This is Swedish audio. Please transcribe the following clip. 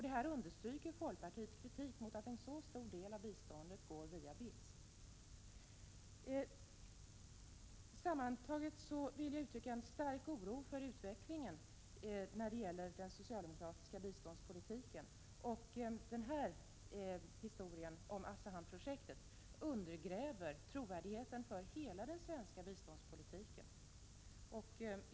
Detta understryker folkpartiets kritik mot att en så stor del av biståndet går via BITS. Sammantaget vill jag uttrycka en stark oro för utvecklingen av den socialdemokratiska biståndspolitiken. Historien om Asahan-projektet undergräver trovärdigheten för hela den svenska biståndspolitiken.